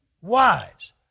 wise